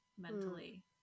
mentally